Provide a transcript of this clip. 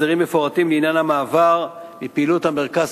הסדרים מפורטים לעניין המעבר מפעילות המרכז